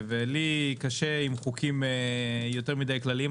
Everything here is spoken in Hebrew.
ולי קשה עם חוקים יותר מכדי כלליים.